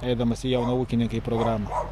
eidamas į jauną ūkininką į programą